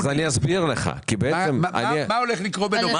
מה הולך לקרות בנובמבר?